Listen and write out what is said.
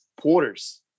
Porters